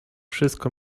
wszystko